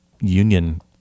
union